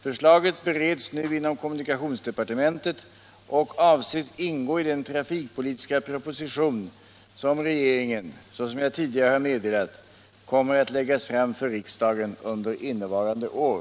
Förslaget bereds nu inom kommunikationsdepartementet och avses ingå i den trafikpolitiska proposition som regeringen, såsom jag tidigare har meddelat, kommer att lägga fram för riksdagen under innevarande år.